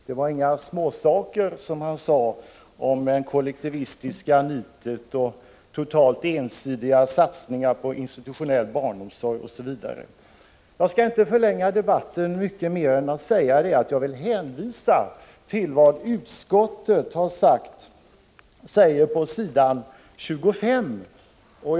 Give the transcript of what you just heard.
Det var inga småsaker som han hade att komma med när han talade om det kollektivistiska nitet, totalt ensidiga satsningar på institutionell barnomsorg osv. Jag skall inte förlänga debatten mycket mera utan bara säga att jag vill 45 hänvisa till vad utskottet skriver på s. 25 i betänkandet.